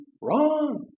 wrong